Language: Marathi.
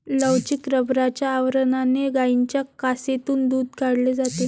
लवचिक रबराच्या आवरणाने गायींच्या कासेतून दूध काढले जाते